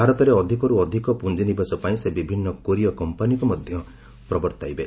ଭାରତରେ ଅଧିକରୁ ଅଧିକ ପୁଞ୍ଜିନିବେଶ ପାଇଁ ସେ ବିଭିନ୍ନ କୋରିୟ କମ୍ପାନିଙ୍କୁ ମଧ୍ୟ ପ୍ରବର୍ତ୍ତାଇବେ